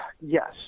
yes